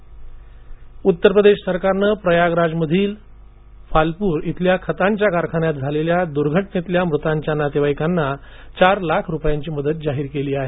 उत्तरप्रदेश सरकार उत्तरप्रदेश सरकारनं प्रयागराज मधील फालपूर इथल्या खतांच्या कारखान्यात झालेल्या दुर्घटनेतल्या मृतांच्या नातेवाईकांना चार लाखांची मदत जाहीर केली आहे